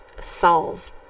solve